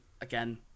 again